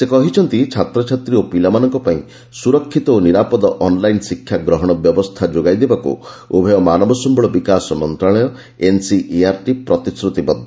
ସେ କହିଛନ୍ତି ଛାତ୍ରଛାତ୍ରୀ ଓ ପିଲାମାନଙ୍କ ପାଇଁ ସୁରକ୍ଷିତ ଓ ନିରାପଦ ଅନ୍ଲାଇନ୍ ଶିକ୍ଷା ଗ୍ରହଣ ବ୍ୟବସ୍ଥା ଯୋଗାଇ ଦେବାକୁ ଉଭୟ ମାନବ ସମ୍ଭଳ ବିକାଶ ମନ୍ତ୍ରଶାଳୟ ଓ ଏନ୍ସିଇଆର୍ଟି ପ୍ରତିଶ୍ରତିବଦ୍ଧ